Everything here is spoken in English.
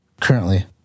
Currently